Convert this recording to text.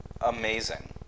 amazing